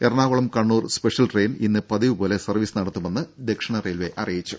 Ernakulam Kannur special train ഇന്ന് പതിവ് പോലെ സർവീസ് നടത്തുമെന്ന് ദക്ഷിണ റെയിൽവെ അറിയിച്ചു